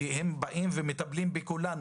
כי הם באים ומטפלים בכולנו.